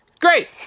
Great